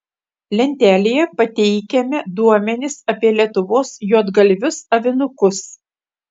lentelėje pateikiame duomenis apie lietuvos juodgalvius avinukus